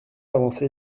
avancé